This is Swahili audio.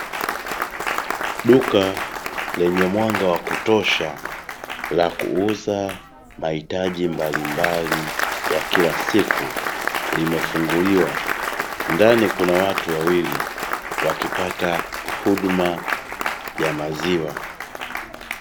Duka lenye mwanga wa kutosha la kuuza mahitaji mbalimbali ya kila siku, limefunguliwa ndani kuna watu wawili wakipata huduma ya maziwa.